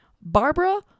Barbara